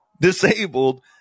disabled